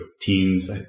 teens